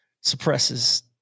suppresses